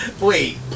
Wait